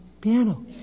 piano